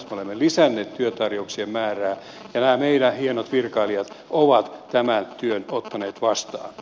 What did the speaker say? me olemme lisänneet työtarjouksien määrää ja nämä meidän hienot virkailijat ovat tämän työn ottaneet vastaan